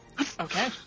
Okay